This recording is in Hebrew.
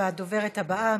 הדוברת הבאה,